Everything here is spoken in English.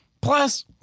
plus